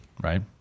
right